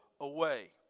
away